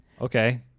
Okay